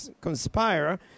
conspire